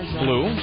blue